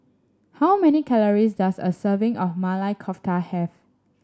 how many calories does a serving of Maili Kofta have